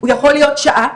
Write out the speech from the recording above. הוא יכול להיות שעה,